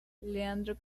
leandro